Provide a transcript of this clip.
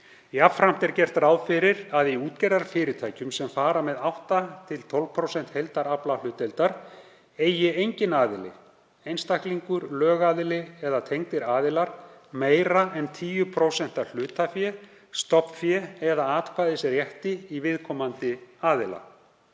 Jafnframt er gert ráð fyrir að í útgerðarfyrirtækjum sem fara með 8–12% heildaraflahlutdeildar eigi enginn aðili, einstaklingur, lögaðili eða tengdir aðilar, meira en 10% af hlutafé, stofnfé eða atkvæðisrétti í viðkomandi aðila.